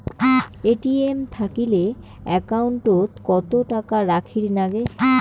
ATM থাকিলে account ওত কত টাকা রাখীর নাগে?